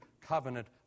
covenant